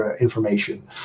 information